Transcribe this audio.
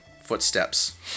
footsteps